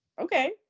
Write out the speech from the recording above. Okay